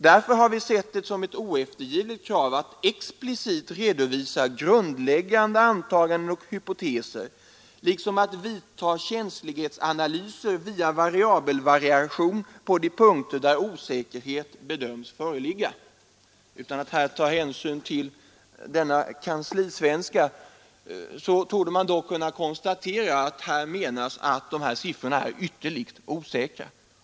Därför har vi sett det som ett oeftergivligt krav att explicit redovisa grundläggande antaganden och hypoteser liksom att vidta känslighetsanalyser via variabelvariation på de punkter där osäkerhet bedöms föreligga.” Om man tränger igenom denna kanslisvenska torde man kunna konstatera att härmed menas att dessa siffror är ytterligt osäkra.